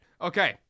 Okay